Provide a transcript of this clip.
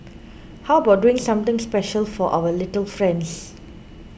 how about doing something special for our little friends